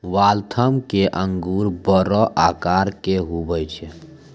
Waltham के अंगूर बड़ो आकार के हुवै छै